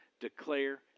declare